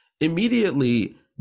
immediately